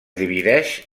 divideix